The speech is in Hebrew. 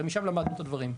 הרי משם למדנו את הדברים.